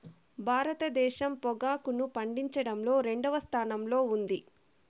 భారతదేశం పొగాకును పండించడంలో రెండవ స్థానంలో ఉంది